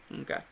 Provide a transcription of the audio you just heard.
Okay